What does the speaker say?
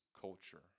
culture